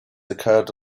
occurred